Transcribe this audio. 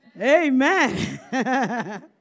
Amen